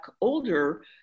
older